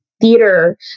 theater